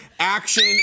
Action